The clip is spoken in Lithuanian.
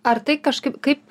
ar tai kažkaip kaip